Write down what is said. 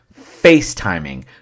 FaceTiming